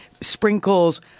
sprinkles